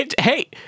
Hey